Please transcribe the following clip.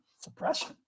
Suppression